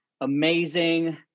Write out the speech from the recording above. amazing